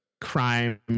crime